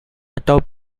atop